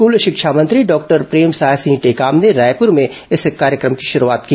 school शिक्षा मंत्री doctor Premsai Singh Tekam ने रायपुर में इस कार्यक्रम की शुरूआत की